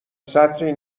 سطری